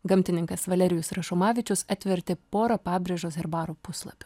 gamtininkas valerijus rašomavičius atvertė porą pabrėžos herbaro puslapių